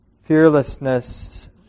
fearlessness